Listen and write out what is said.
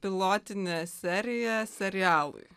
pilotinė serija serialui